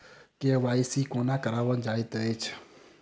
KYC कोना कराओल जाइत अछि?